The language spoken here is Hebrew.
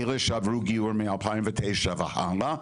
אלה שעברו גיור מ-2009 והלאה,